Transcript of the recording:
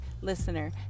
listener